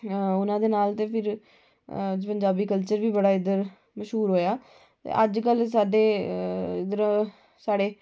ओह्ना दे नाल ते पंजाबी कल्चर बी बड़ा इद्धर मश्हूर होआ अज्ज कल साढे़ इद्धर